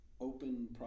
open